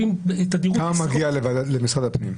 כמה בקשות מגיעות למשרד הפנים?